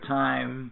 time